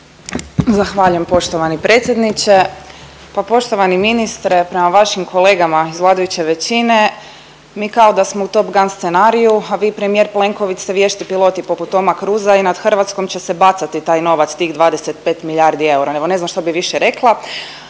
Zahvaljujem poštovani predsjedniče. Pa poštovani ministre prema vašim kolegama iz vladajuće većine mi kao da smo u Top Gun scenariju, a vi i premijer Plenković ste vješti piloti poput Toma Cruisa i nad Hrvatskom će se bacati taj novac, tih 25 milijardi eura. Evo ne znam što bih više rekla.